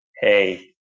hey